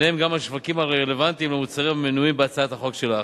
ביניהם גם השווקים הרלוונטיים למוצרים המנויים בהצעת החוק שלך.